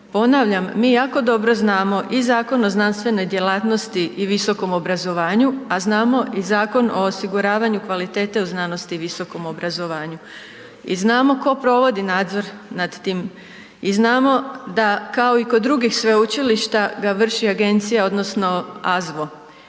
Ponavljam, ja mi jako dobro znamo i Zakon o znanstvenoj djelatnosti i visokom obrazovanju, a znamo i Zakon o osiguravanju kvalitete u znanosti i visokom obrazovanju. I znamo tko provodi nadzor nad tim i znamo da kao i kod drugih sveučilišta ga vrši agencija odnosno AZVO,